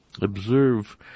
observe